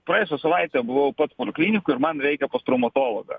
praėjusią savaitę buvau pats poliklinikoj ir man reikia pas traumatologą